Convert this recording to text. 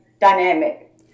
dynamic